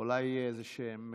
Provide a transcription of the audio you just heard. אולי איזשהם